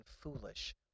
foolish